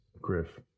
Griff